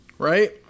Right